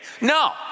No